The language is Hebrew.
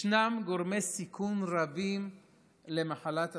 ישנם גורמי סיכון רבים למחלת הסרטן: